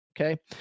Okay